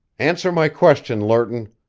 answer my question, lerton!